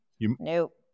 Nope